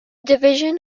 division